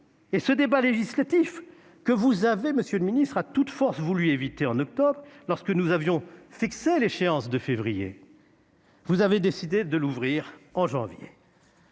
! Ce débat législatif, que vous avez à toute force voulu éviter en octobre, lorsque nous avions fixé l'échéance de février, vous avez décidé de l'ouvrir en janvier